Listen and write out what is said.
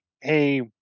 hey